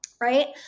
right